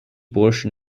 portion